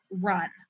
run